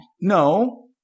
No